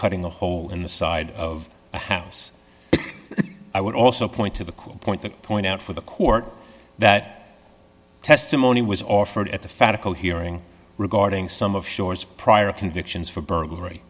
cutting a hole in the side of the house i would also point to the core point to point out for the court that testimony was offered at the fattah co hearing regarding some of shorts prior convictions for burglary